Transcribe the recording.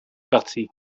parties